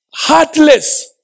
Heartless